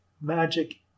magic